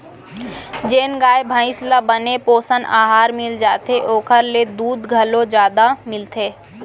जेन गाय भईंस ल बने पोषन अहार मिल जाथे ओकर ले दूद घलौ जादा मिलथे